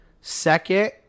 Second